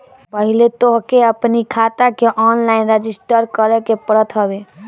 पहिले तोहके अपनी खाता के ऑनलाइन रजिस्टर करे के पड़त हवे